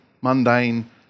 mundane